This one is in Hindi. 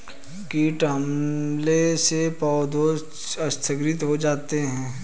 कीट हमले से पौधे क्षतिग्रस्त हो जाते है